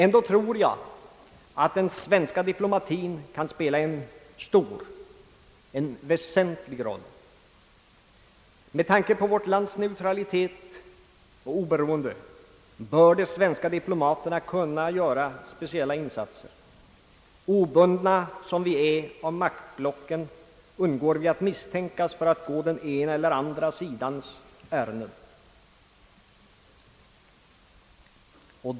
Ändå tror jag att den svenska diplomatien kan spela en väsentlig roll. Med tanke på vårt lands neutralitet och oberoende bör de svenska diplomaterna kunna göra speciella insatser. Obundna som vi är av maktblocken undgår vi att misstänkas för att gå den ena eller andra sidans ärenden.